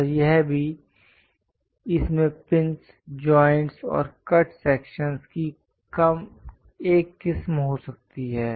और यह भी इसमें पिन जॉइंट्स और कट सेक्शंस की एक किस्म हो सकती है